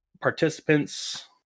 participants